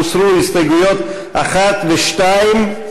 לאחר שהוסרו הסתייגויות 1 ו-2.